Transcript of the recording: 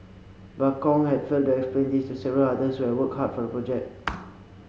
but Kong had failed to explain this to several others who had worked hard for project